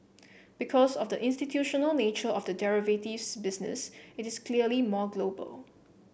because of the institutional nature of the derivatives business it is clearly more global